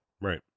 Right